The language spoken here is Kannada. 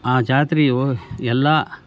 ಆ ಜಾತ್ರೆಯು ಎಲ್ಲಾ